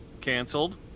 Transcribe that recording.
canceled